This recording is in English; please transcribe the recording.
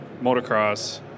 motocross